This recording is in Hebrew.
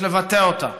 יש לבטא אותה.